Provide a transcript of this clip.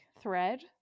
thread